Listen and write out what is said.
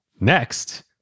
Next